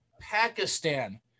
Pakistan